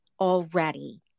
already